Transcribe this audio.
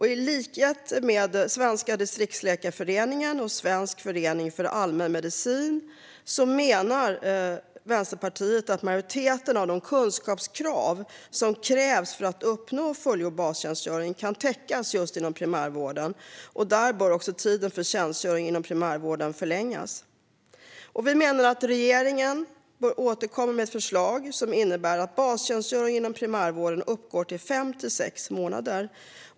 I likhet med Svenska Distriktsläkarföreningen och Svensk förening för allmänmedicin menar Vänsterpartiet att majoriteten av de kunskapskrav som gäller för att uppnå fullgjord bastjänstgöring kan täckas inom just primärvården. Därför bör tiden för tjänstgöring inom primärvården förlängas. Vi menar att regeringen bör återkomma med ett förslag som innebär att bastjänstgöring inom primärvården uppgår till fem till sex månader.